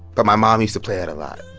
but my mom used to play it a lot.